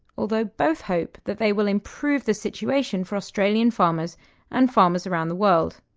although both hope that they will improve the situation for australian farmers and farmers around the world.